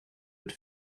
het